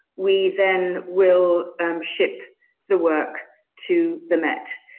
we then will ship the work to the met.